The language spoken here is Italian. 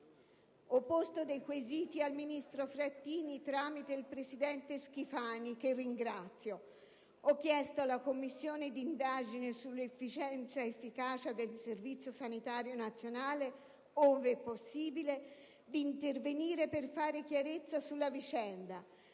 Ho posto dei quesiti al ministro Frattini tramite il presidente Schifani, che ringrazio. Ho chiesto alla Commissione d'inchiesta sull'efficacia e l'efficienza del Servizio sanitario nazionale, ove possibile, di intervenire per fare chiarezza sulla vicenda.